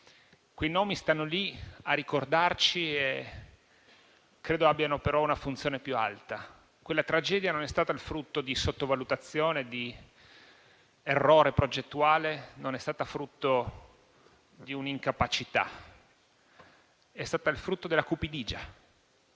Quei nomi stanno lì a ricordarceli, ma credo abbiano una funzione più alta. Quella tragedia non è stata il frutto di sottovalutazioni, di un errore progettuale o di un'incapacità: è stata il frutto della cupidigia.